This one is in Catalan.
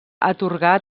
atorgar